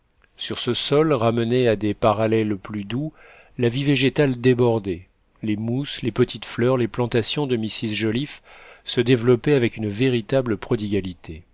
sur ce sol ramené à des parallèles plus doux la vie végétale débordait les mousses les petites fleurs les plantations de mrs joliffe se développaient avec une véritable